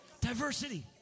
Diversity